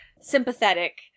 sympathetic